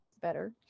better